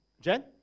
Jen